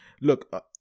look